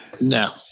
No